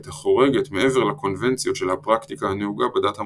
החורגת מעבר לקונבנציות של הפרקטיקה הנהוגה בדת המוסדית.